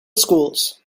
schools